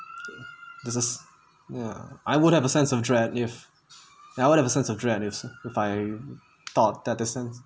there's ya I would have a sense of dread if I would have a sense of dread if I thought that the sense